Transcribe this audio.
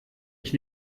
ich